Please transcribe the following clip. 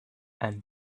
and